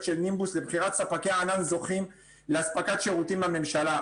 של נימבוס לבחירת ספקי הענן זוכים לאספקת שירותים לממשלה.